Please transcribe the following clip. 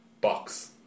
box